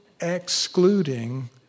excluding